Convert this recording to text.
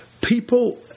people